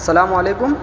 سلام علیکم